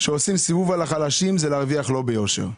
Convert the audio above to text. כשעושים סיבוב על החלשים זה להרוויח לא ביושר.